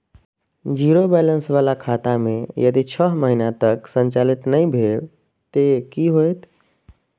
Zero balance बाला खाता में यदि छः महीना तक संचालित नहीं भेल ते कि होयत?